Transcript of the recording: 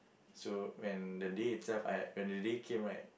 so when the day itself I had when the day came right